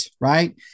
right